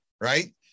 right